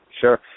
Sure